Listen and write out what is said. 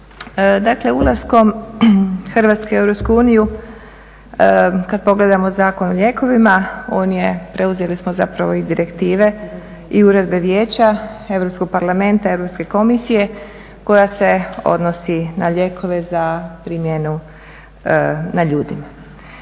Dakle, ulaskom Hrvatske u EU kad pogledamo Zakon o lijekovima on je, preuzeli smo zapravo i direktive i uredbe Vijeća, Europskog parlamenta, Europske komisije koja se odnosi na lijekove za primjenu na ljudima.